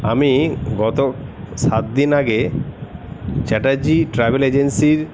আমি গত সাতদিন আগে চ্যাটার্জি ট্রাভেল এজেন্সির